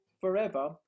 forever